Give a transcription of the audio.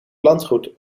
landgoed